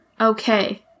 okay